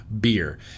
beer